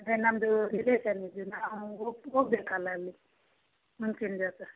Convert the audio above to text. ಅದೇ ನಮ್ಮದು ರಿಲೇಶನಿಂದು ನಾವು ಹೋಗ್ಬೇಕಲ್ಲ ಅಲ್ಲಿ ಮುಂಚಿನ ದಿವಸ